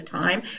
time